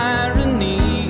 irony